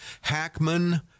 Hackman